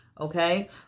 okay